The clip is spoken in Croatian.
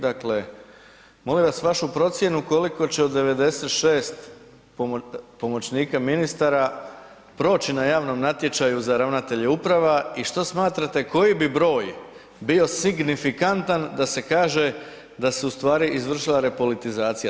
Dakle, molim vas vašu procjenu koliko će od 96 pomoćnika ministara proći na javnom natječaju za ravnatelje uprava i što smatrate koji bi broj bio signifikantan da se kaže da se ustvari izvršila repolitizacija?